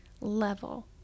level